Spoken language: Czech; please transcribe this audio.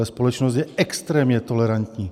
Tahle společnost je extrémně tolerantní.